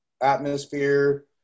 atmosphere